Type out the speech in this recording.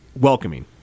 welcoming